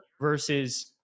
versus